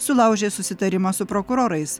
sulaužė susitarimą su prokurorais